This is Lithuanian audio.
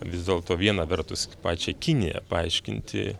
vis dėlto viena vertus pačią kiniją paaiškinti